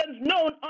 known